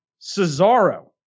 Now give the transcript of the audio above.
Cesaro